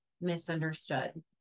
misunderstood